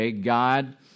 God